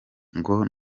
ngo